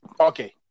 okay